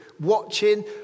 watching